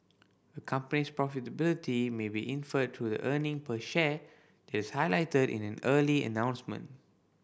a company's profitability may be inferred through the earning per share is highlighted in an earning announcement